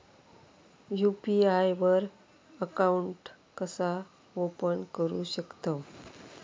UPI वर account कसा open करू शकतव?